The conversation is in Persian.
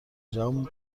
جهان